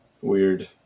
weird